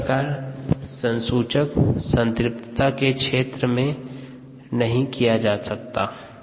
इस प्रकार संसूचक संतृप्तता के क्षेत्र में नहीं किया जाता हैं